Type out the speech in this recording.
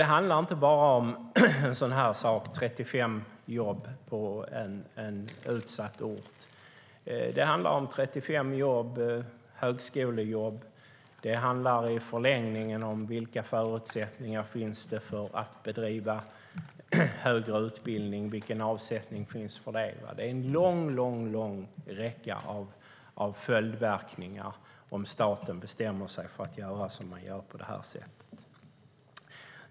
Det handlar inte bara om en sådan sak som 35 jobb på en utsatt ort - det handlar om 35 högskolejobb, och det handlar i förlängningen om vilka förutsättningar som finns för att bedriva högre utbildning och vilken avsättning som finns för det. Det är en lång räcka av följdverkningar om staten bestämmer sig för att göra på det här sättet.